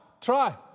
try